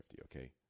okay